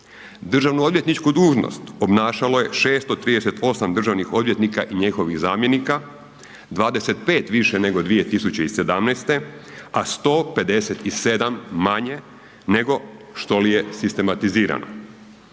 Državno-odvjetničku dužnost obnašalo je 368 državnih odvjetnika i njihovih zamjenika, 25 više nego 2017., a 157 manje nego što li je sistematizirano.